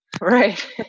Right